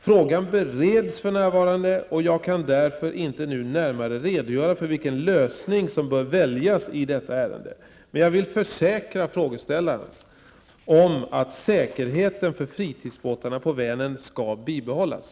Frågan bereds för närvarande, och jag kan därför inte nu närmare redogöra för vilken lösning som bör väljas i detta ärende, men jag vill försäkra frågeställaren om att säkerheten för fritidsbåtarna på Vänern skall bibehållas.